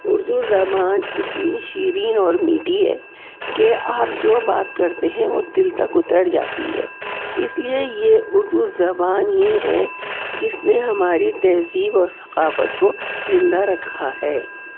اردو زبان اتنی شیرین اور میٹھی ہے کہ آپ جو بات کرتے ہیں وہ دل تک اتر جاتی ہے اس لیے یہ اردو زبان ہی ہے جس میں ہماری تہذیب اور ثقافت کو زندہ رکھا ہے